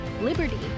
liberty